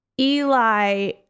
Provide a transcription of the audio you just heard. Eli